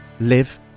live